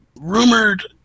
rumored